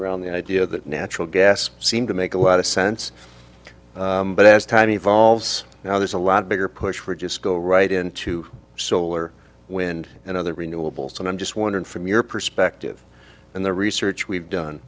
on the idea that natural gas seemed to make a lot of sense but as time evolves now there's a lot bigger push for just go right into solar wind and other renewables and i'm just wondering from your perspective and the research we've done